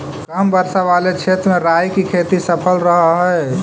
कम वर्षा वाले क्षेत्र में राई की खेती सफल रहअ हई